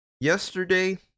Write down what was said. Yesterday